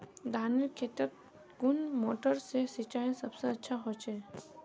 धानेर खेतोत कुन मोटर से सिंचाई सबसे अच्छा होचए?